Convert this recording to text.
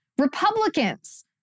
republicans